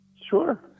Sure